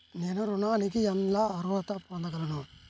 నేను ఋణానికి ఎలా అర్హత పొందగలను?